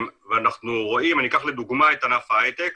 אני אקח לדוגמה את ענף ההייטק,